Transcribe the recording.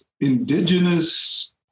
Indigenous